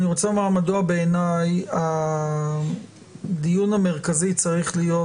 אני רוצה לומר מדוע בעיני הדיון המרכזי צריך להיות